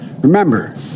Remember